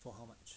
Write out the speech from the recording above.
for how much